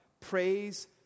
Praise